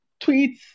tweets